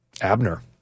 Abner